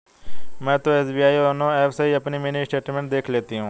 मैं तो SBI YONO app से ही अपनी मिनी स्टेटमेंट देख लेती हूँ